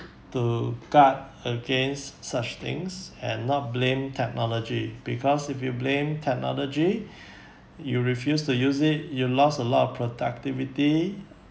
to guard against such things and not blame technology because if you blame technology you refuse to use it you lost a lot of productivity